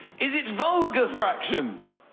is it vulgar fractions?